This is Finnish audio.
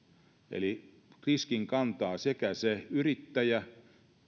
eli riskin kantaa se yrittäjä